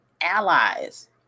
allies